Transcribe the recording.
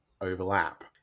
overlap